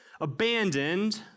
abandoned